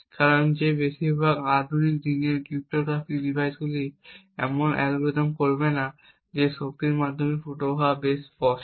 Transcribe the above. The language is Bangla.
কারণটি হল যে বেশিরভাগ আধুনিক দিনের ক্রিপ্টোগ্রাফিক ডিভাইসগুলি এমন অ্যালগরিদম ব্যবহার করবে না যেখানে শক্তির মাধ্যমে ফুটো হওয়া বেশ স্পষ্ট